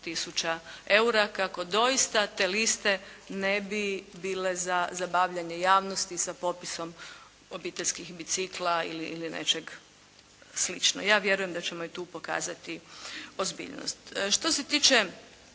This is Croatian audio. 5000 eura kako doista te liste ne bi bile za zabavljanje javnosti sa popisom obiteljskih bicikla ili nečeg slično. Ja vjerujem da ćemo i tu pokazati ozbiljnost. Što se tiče